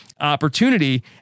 opportunity